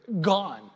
gone